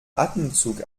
atemzug